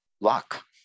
Luck